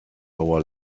our